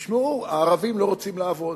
תשמעו, הערבים לא רוצים לעבוד.